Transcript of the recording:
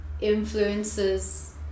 influences